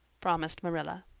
promised marilla.